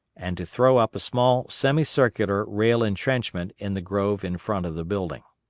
and to throw up a small semicircular rail intrenchment in the grove in front of the building.